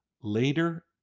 later